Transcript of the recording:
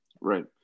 Right